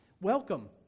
Welcome